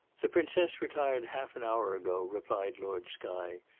the princess retired half an hour ago, replied lord skye,